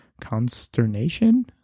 consternation